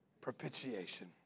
propitiation